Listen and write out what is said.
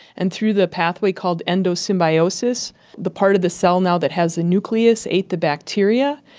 and through the pathway called endosymbiosis the part of the cell now that has a nucleus ate the bacteria,